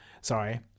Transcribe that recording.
Sorry